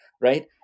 right